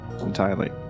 entirely